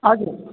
हजुर